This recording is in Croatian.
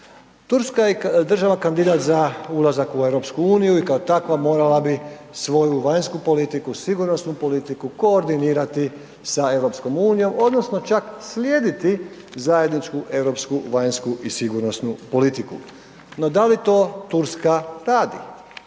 Turska je država kandidat za ulazak u EU i kao takva morala bi svoju vanjsku politiku, sigurnosnu politiku koordinirati sa EU odnosno čak slijediti zajedničku europsku, vanjsku i sigurnosnu politiku. No da li to Turska radi?